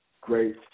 great